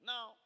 Now